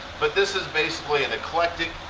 but this is basically an eclectic.